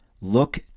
Look